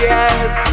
Yes